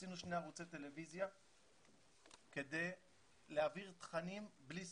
עשינו שני ערוצי טלוויזיה כדי להעביר תכנים בלי סוף,